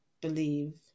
believe